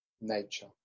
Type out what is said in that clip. nature